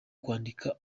kwandika